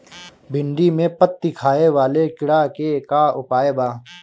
भिन्डी में पत्ति खाये वाले किड़ा के का उपाय बा?